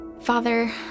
Father